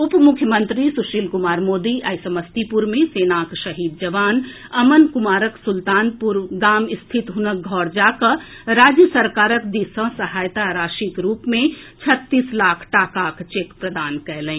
उप मुख्यमंत्री सुशील कुमार मोदी आइ समस्तीपुर मे सेनाक शहीद जवान अमन कुमारक सुलतानपुर गाम स्थित हुनक घर जा कऽ राज्य सरकारक दिस सँ सहायता राशिक रूप मे छत्तीस लाख टाकाक चेक प्रदान कएलनि